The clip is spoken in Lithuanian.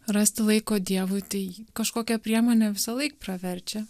rasti laiko dievui tai kažkokia priemonė visąlaik praverčia